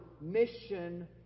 mission